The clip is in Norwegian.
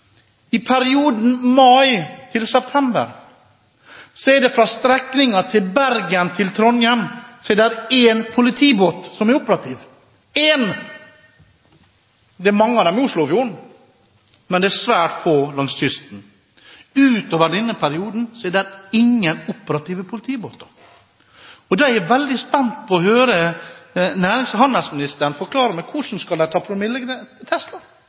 I perioden mai–september er det på strekningen fra Bergen til Trondheim én politibåt som er operativ – én! Det er mange av dem i Oslofjorden, men det er svært få langs kysten. Utover denne perioden er det ingen operative politibåter. Jeg er veldig spent på å høre nærings- og handelsministeren forklare meg hvordan de skal ta